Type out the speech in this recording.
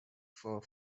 for